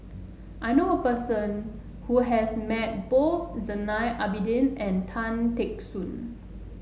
I knew a person who has met both Zainal Abidin and Tan Teck Soon